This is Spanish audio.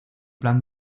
plan